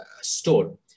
store